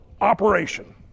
operation